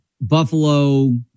Buffalo